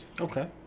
Okay